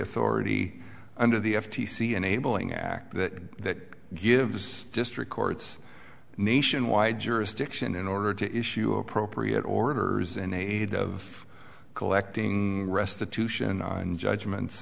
authority under the f t c enabling act that gives district courts nationwide jurisdiction in order to issue appropriate orders in aid of collecting restitution and judgments